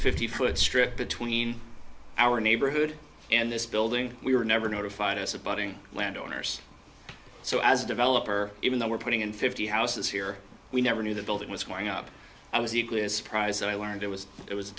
fifty foot strip between our neighborhood and this building we were never notified as a budding landowners so as a developer even though we're putting in fifty houses here we never knew the building was going up i was equally as surprised that i learned it was it was